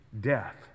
death